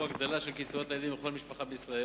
הגדלה של קצבאות הילדים לכל משפחה בישראל.